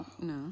No